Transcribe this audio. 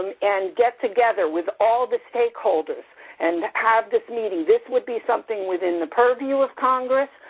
and get together with all the stakeholders and have this meeting. this would be something within the purview of congress,